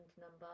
number